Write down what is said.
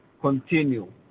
continue